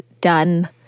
done